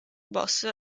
boss